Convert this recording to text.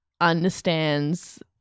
understands